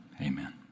amen